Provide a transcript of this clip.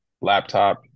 laptop